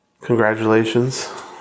congratulations